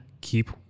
keep